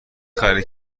خرید